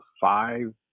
five